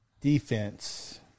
Defense